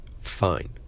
fine